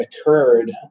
occurred